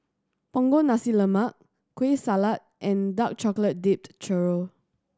Punggol Nasi Lemak Kueh Salat and dark chocolate dipped churro